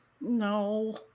No